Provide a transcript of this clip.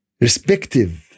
respective